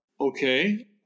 okay